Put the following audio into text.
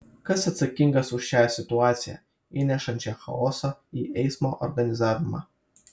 kas atsakingas už šią situaciją įnešančią chaoso į eismo organizavimą